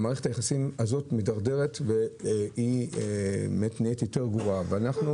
מערכת היחסים הזאת מידרדרת ונעשית גרועה יותר ויותר.